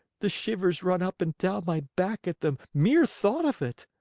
the shivers run up and down my back at the mere thought of it.